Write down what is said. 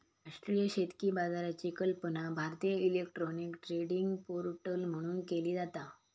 राष्ट्रीय शेतकी बाजाराची कल्पना भारतीय इलेक्ट्रॉनिक ट्रेडिंग पोर्टल म्हणून केली जाता